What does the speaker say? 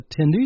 attendees